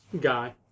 guy